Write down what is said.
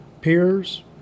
peers